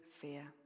fear